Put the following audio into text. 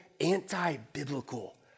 anti-biblical